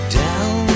down